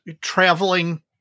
traveling